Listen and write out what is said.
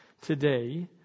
today